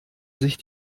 sich